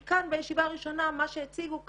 כי כאן בישיבה הראשונה מה שהציגו כאן,